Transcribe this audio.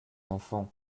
enfant